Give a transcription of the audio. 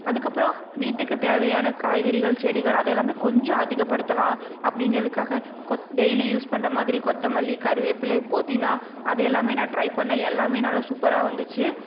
அதுக்கப்புறம் வீட்டுக்குத் தேவையான காய்கறிகள் செடிகள் அதெல்லாமே கொஞ்சம் அதிகப்படுத்தலாம் அப்படிங்கிறதுக்காக கொத் டெய்லி யூஸ் பண்ணுற மாதிரி கொத்தமல்லி கருவேப்பிலை புதினா அது எல்லாமே நான் ட்ரை பண்ணேன் எல்லாமே நல்லா சூப்பராக வந்துச்சு